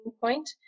point